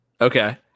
Okay